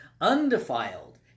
undefiled